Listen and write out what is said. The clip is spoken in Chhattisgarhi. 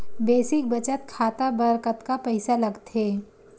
बेसिक बचत खाता बर कतका पईसा लगथे?